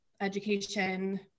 education